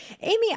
Amy